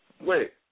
Wait